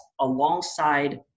alongside